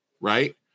Right